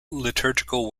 liturgical